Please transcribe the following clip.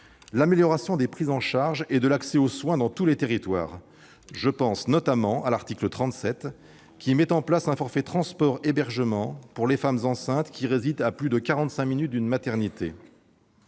l'amélioration des prises en charge et de l'accès aux soins dans tous les territoires. Je pense notamment, à cet égard, à l'article 37, qui vise à mettre en oeuvre un forfait transport-hébergement pour les femmes enceintes résidant à plus de quarante-cinq minutes d'une maternité.